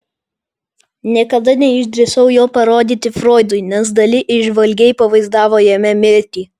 niekada neišdrįsau jo parodyti froidui nes dali įžvalgiai pavaizdavo jame mirtį